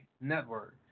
network